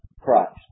Christ